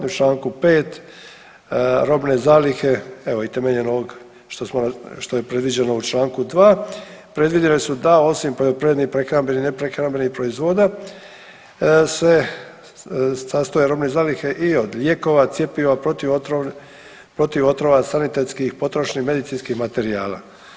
U čl. 5. robne zalihe evo i temeljem ovog što je predviđeno u čl. 2. predvidjeli su da osim poljoprivrednih, prehrambenih, neprehrambenih proizvoda se sastoje robne zalihe i od lijekova, cjepiva, protiv otrova, sanitetskih potrošnih medicinskih materijala.